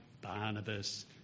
Barnabas